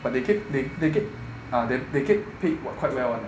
but they get they they get ah they they get paid quite well one ah